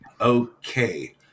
Okay